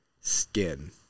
skin